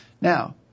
Now